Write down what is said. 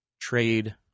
trade